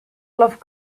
love